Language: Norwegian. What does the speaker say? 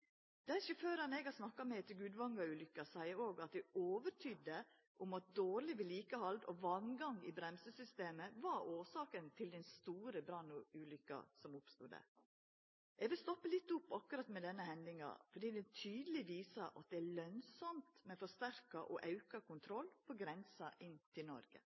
Dei sjåførane eg har snakka med etter ulukka i Gudvangatunnelen, er overtydde om at dårleg vedlikehald og varmgang i bremsesystemet var årsaka til den store brannulukka som oppstod der. Eg vil stoppa litt opp ved akkurat denne hendinga, fordi ho tydeleg viser at det er lønsamt med forsterka og auka kontroll ved grensa inn til Noreg.